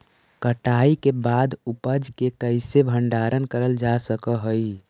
कटाई के बाद उपज के कईसे भंडारण करल जा सक हई?